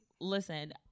Listen